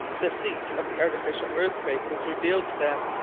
the seat of the artificial earthquake was revealed to them.